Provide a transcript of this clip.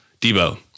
Debo